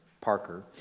Parker